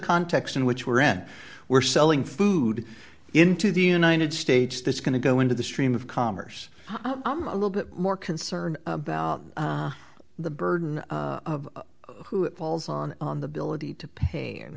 context in which we're in we're selling food into the united states that's going to go into the stream of commerce i'm a little bit more concerned about the burden of who it falls on the bill of the to pay a